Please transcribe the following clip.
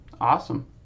Awesome